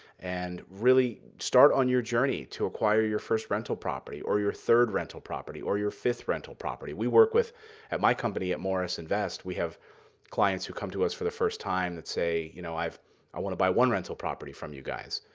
and really start on your journey to acquire your first rental property or your third rental property or your fifth rental property. we work with at my company at morris invest, we have clients who come to us for their first time that say, you know i want to buy one rental property from you guys.